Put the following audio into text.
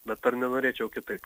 bet ar nenorėčiau kitaip